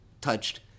touched